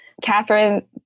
Catherine